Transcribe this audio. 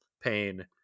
pain